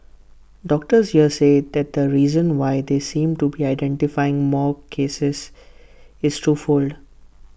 doctors here say that the reason why they seem to be identifying more cases is twofold